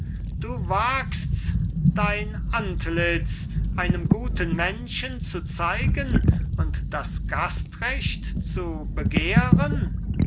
du wagst's dein antlitz einem guten menschen zu zeigen und das gastrecht zu begehren